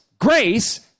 grace